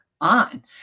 on